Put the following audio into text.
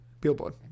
Billboard